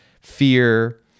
fear